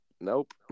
Nope